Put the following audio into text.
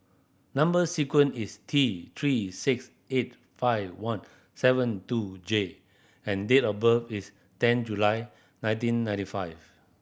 number sequence is T Three six eight five one seven two J and date of birth is ten July nineteen ninety five